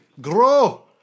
grow